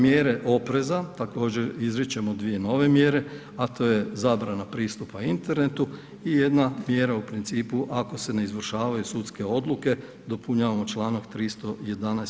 Mjere opreza, također izričemo dvije nove mjere, a to je zabrana pristupa internetu i jedna mjera u principu ako se ne izvršavaju sudske odluke dopunjavamo članak 311.